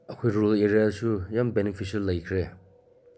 ꯑꯩꯈꯣꯏ ꯔꯨꯔꯦꯜ ꯑꯦꯔꯤꯌꯥꯁꯨ ꯌꯥꯝ ꯕꯦꯅꯤꯐꯤꯁꯦꯜ ꯂꯩꯈ꯭ꯔꯦ